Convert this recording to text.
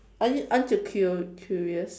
I mean aren't you cur~ curious